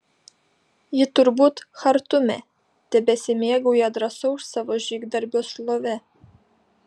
ji turbūt chartume tebesimėgauja drąsaus savo žygdarbio šlove